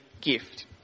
gift